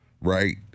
Right